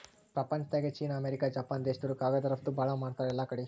ಪ್ರಪಂಚ್ದಾಗೆ China, America, Japan ದೇಶ್ದವ್ರು ಕಾಗದ್ ರಫ್ತು ಭಾಳ್ ಮಾಡ್ತಾರ್ ಎಲ್ಲಾಕಡಿ